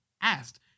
asked